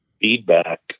feedback